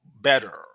better